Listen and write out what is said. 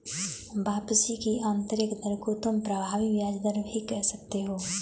वापसी की आंतरिक दर को तुम प्रभावी ब्याज दर भी कह सकते हो